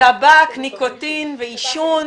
--- טבק ניקוטין ועישון.